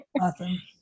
Awesome